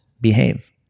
behave